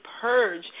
purge